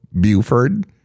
Buford